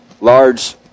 large